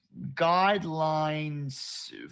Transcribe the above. guidelines